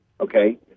okay